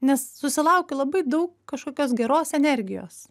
nes susilaukiu labai daug kažkokios geros energijos